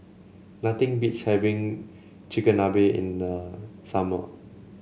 nothing beats having Chigenabe in the summer